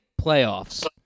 playoffs